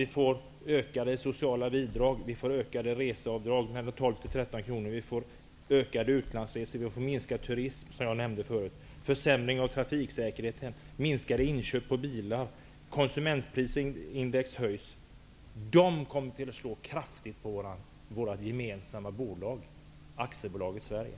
Vi får ökade sociala utgifter och vi får ökade reseavdrag, 12-13 kr. Vi får fler utlandsresor, vi får minskad turism, som jag nämnde förut, och försämring av trafiksäkerheten. Inköpen av bilar minskar och konsumentprisindex höjs. Detta kommer att slå kraftigt mot våra aktiebolag i Sverige.